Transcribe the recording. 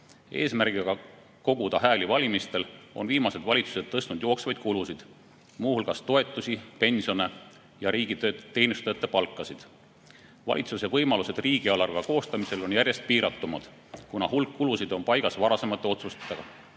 Eesmärgiga koguda hääli valimistel on viimased valitsused tõstnud jooksvaid kulusid, muu hulgas toetusi, pensione ja riigiteenistujate palkasid. Valitsuse võimalused riigieelarve koostamisel on järjest piiratumad, kuna hulk kulusid on paigas varasemate otsustega,